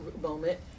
moment